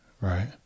Right